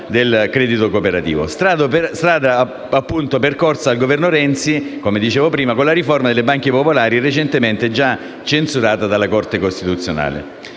del credito cooperativo, strada percorsa dal Governo Renzi con la riforma delle banche popolari recentemente già censurata dalla Corte costituzionale.